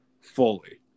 fully